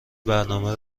برنامه